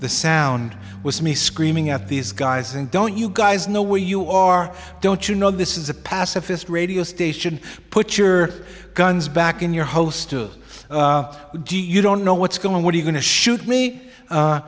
the sound was me screaming at these guys and don't you guys know where you are don't you know this is a pacifist radio station put your guns back in your host to do you don't know what's going what are you going to shoot me